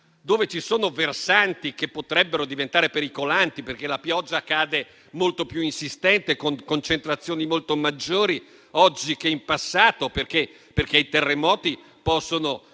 dove ci sono versanti che potrebbero diventare pericolanti, perché la pioggia cade molto più insistente, con concentrazioni molto maggiori oggi rispetto al passato, o magari perché i terremoti possono